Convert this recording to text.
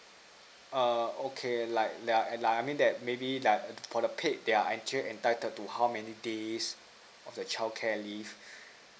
uh okay like like like I mean that maybe like for the paid they are actually entitled to how many days of the childcare leave